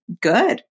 good